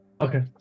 Okay